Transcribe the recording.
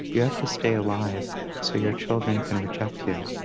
you have to stay alive so your children can reject you.